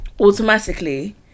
automatically